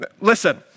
Listen